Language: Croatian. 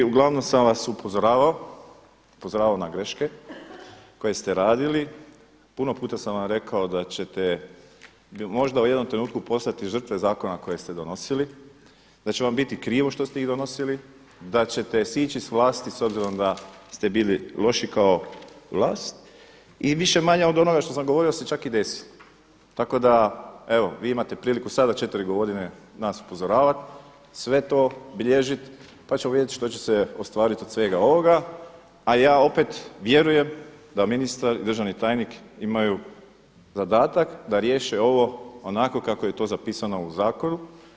Uglavnom sam vas upozoravao na greške koje ste radili, puno puta sam vam rekao da ćete možda u jednom trenutku postati žrtve zakona koje ste donosili, da će vam biti krivo što ste ih donosili, da ćete sići s vlasti s obzirom da ste bili loši kao vlast i više-manje od onoga što sam govorio se čak i desilo, tako da evo vi imate priliku sada četiri godine nas upozoravati, sve to bilježiti pa ćemo vidjeti što će se ostvariti od svega ovoga a ja opet vjerujem da ministar i državni tajnik imaju zadatak da riješe ovo onako kako je to zapisano u zakonu.